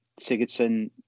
Sigurdsson